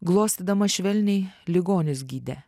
glostydama švelniai ligonius gydė